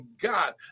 God